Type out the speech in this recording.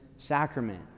Sacrament